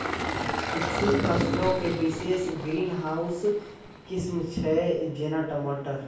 कुछु फसलो के विशेष ग्रीन हाउस किस्म छै, जेना टमाटर